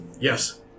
Yes